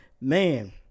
Man